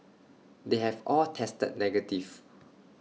they have all tested negative